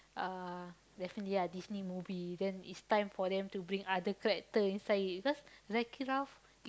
uh definitely ya Disney movie then it's time for them to bring other character inside because Wreck It Ralph